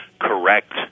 correct